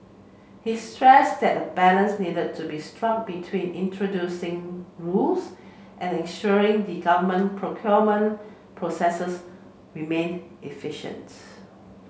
he stressed that a balance needed to be struck between introducing rules and ensuring the government procurement processes remain efficient